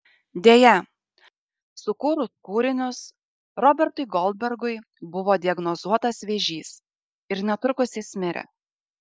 deja sukūrus kūrinius robertui goldbergui buvo diagnozuotas vėžys ir netrukus jis mirė